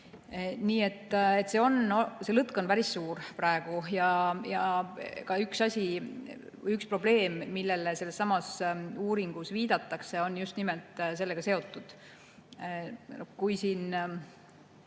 Nii et see lõtk on päris suur praegu. Üks probleem, millele selles samas uuringus viidatakse, on just nimelt sellega seotud. Kui siin